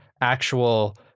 Actual